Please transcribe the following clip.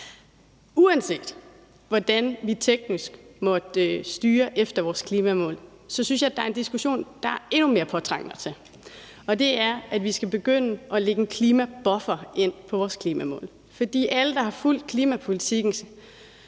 Uanset hvordan vi teknisk måtte styre efter vores klimamål, synes jeg, at der er en diskussion, der er endnu mere påtrængende at tage. Det er, i forhold til at vi skal begynde at lægge en klimabuffer ind for vores klimamål. For alle, der har fulgt klimapolitikken